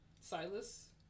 Silas